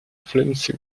flimsy